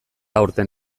aurten